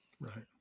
Right